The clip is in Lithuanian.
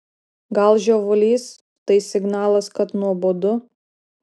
gal žiovulys tai signalas kad nuobodu